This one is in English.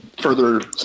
further